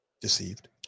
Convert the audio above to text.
Deceived